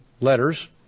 letters